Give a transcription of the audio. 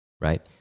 Right